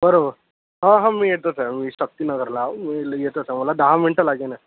बरं हं हं मी येतच आहे मी शक्ती नगरला आहे मी येतच आहे मला दहा मिंटं लागेनए